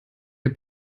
der